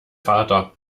vater